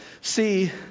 See